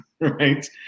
right